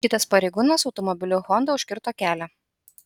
kitas pareigūnas automobiliu honda užkirto kelią